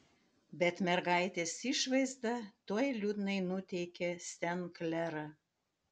bet mergaitės išvaizda tuoj liūdnai nuteikė sen klerą